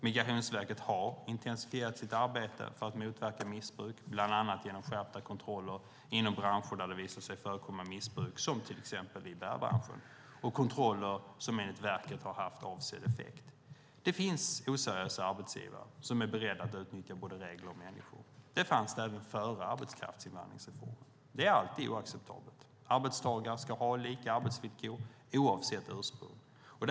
Migrationsverket har intensifierat sitt arbete för att motverka missbruk, bland annat genom skärpta kontroller inom branscher där det har visat sig förekomma missbruk, till exempel i bärbranschen, och kontroller som enligt verket har haft avsedd effekt. Det finns oseriösa arbetsgivare som är beredda att utnyttja både regler och människor. Det fanns det även före arbetskraftsinvandringsreformen. Det är alltid oacceptabelt. Arbetstagare ska ha lika arbetsvillkor oavsett ursprung.